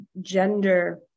gender